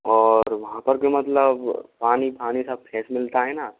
और वहाँ पर भी मतलब पानी पानी सा फ्रेश मिलता है ना